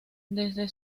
desde